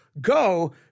go